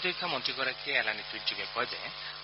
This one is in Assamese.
প্ৰতিৰক্ষা মন্ত্ৰীগৰাকীয়ে এলানি টুইট যোগে কয় যে